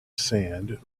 sand